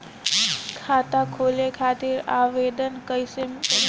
खाता खोले खातिर आवेदन कइसे करी?